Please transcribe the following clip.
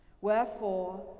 Wherefore